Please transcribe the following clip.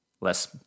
less